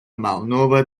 malnova